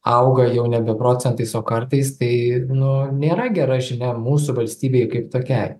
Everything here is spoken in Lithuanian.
auga jau nebe procentais o kartais tai nu nėra gera žinia mūsų valstybei kaip tokiai